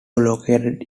located